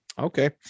Okay